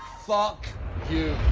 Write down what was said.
fuck you.